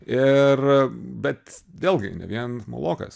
ir bet vėlgi ne vien mulokas